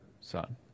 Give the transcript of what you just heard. son